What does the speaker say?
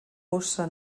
bossa